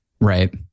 Right